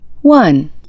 One